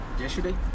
Yesterday